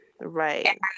right